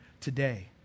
today